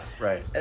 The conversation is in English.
Right